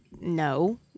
no